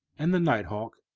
and the night hawk,